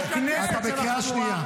אתה משקר,